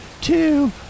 two